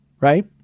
right